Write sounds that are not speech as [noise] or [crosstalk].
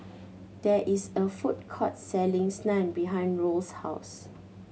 there is a food court selling [unintelligible] Naan behind Roll's house